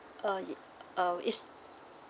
uh ye~ uh is